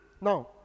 Now